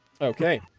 Okay